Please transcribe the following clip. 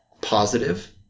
positive